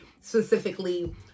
specifically